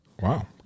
Wow